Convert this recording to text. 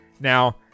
Now